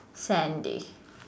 Sandy